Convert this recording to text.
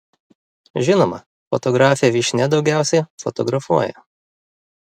žinoma fotografė vyšnia daugiausiai fotografuoja